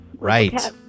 Right